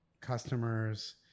customers